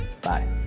Bye